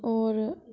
होर